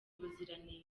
ubuziranenge